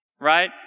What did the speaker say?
Right